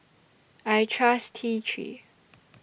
I Trust T three